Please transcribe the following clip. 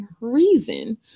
reason